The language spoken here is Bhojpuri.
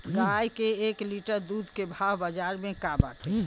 गाय के एक लीटर दूध के भाव बाजार में का बाटे?